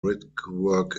brickwork